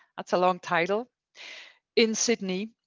that's a long title in sydney,